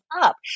up